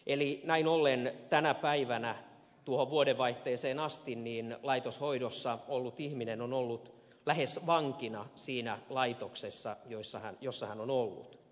eli näin ollen tänä päivänä tuohon vuodenvaihteeseen asti laitoshoidossa ollut ihminen on ollut lähes vankina siinä laitoksessa jossa hän on ollut